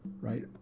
right